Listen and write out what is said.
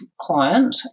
client